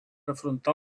afrontar